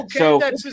okay